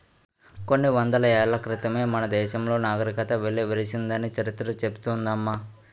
కొన్ని వందల ఏళ్ల క్రితమే మన దేశంలో నాగరికత వెల్లివిరిసిందని చరిత్ర చెబుతోంది అమ్మ